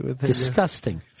Disgusting